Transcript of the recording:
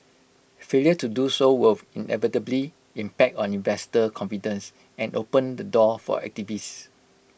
failure to do so will inevitably impact on investor confidence and open the door for activists